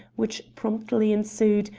which promptly ensued,